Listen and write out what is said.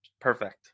Perfect